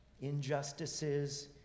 injustices